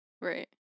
Right